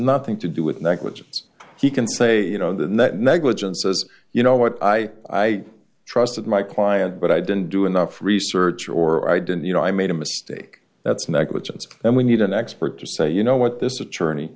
nothing to do with negligence he can say you know that negligence says you know what i trusted my client but i didn't do enough research or i didn't you know i made a mistake that's negligence and we need an expert to say you know what this attorney